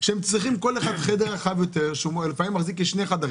והם צריכים כל אחד חדר רחב יותר שלפעמים מחזיק שני חדרים,